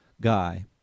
guy